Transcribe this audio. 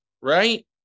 right